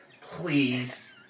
Please